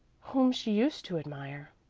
whom she used to admire,